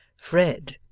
fred!